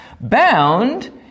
bound